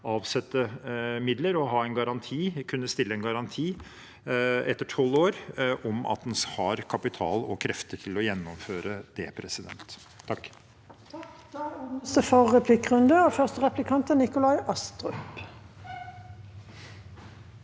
avsette midler og kunne stille en garanti etter tolv år for at en har kapital og krefter til å gjennomføre det. Presidenten